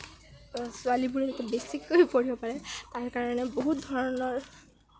ছোৱালীবোৰে বেছিকৈ পঢ়িব পাৰে তাৰ কাৰণেও বহুত ধৰণৰ